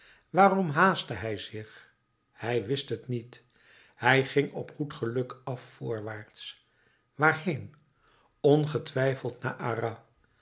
waarom haastte hij zich hij wist het niet hij ging op goed geluk af voorwaarts waarheen ongetwijfeld naar